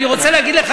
ואני רוצה להגיד לך,